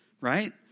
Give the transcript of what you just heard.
right